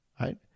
Right